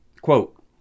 Quote